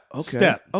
step